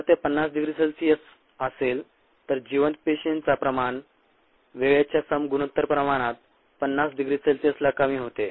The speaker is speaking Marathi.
जर ते 50 डिग्री सेल्सिअस असेल तर जिवंत पेशींचा प्रमाण वेळेच्या सम गुणोत्तर प्रमाणात 50 डिग्री सेल्सिअसला कमी होते